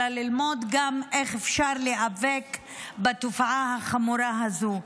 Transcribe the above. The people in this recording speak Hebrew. אלא גם ללמוד איך אפשר להיאבק בתופעה החמורה הזו.